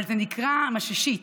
אבל זה נקרא "מששית",